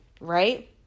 right